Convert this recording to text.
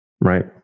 right